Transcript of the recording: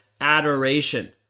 Adoration